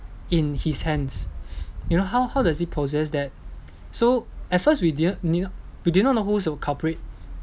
in his hands you know how how does he possess that so at first we didn't knew we did not who's the culprit